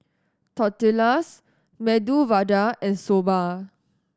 Tortillas Medu Vada and Soba